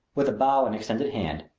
with a bow and extended hand,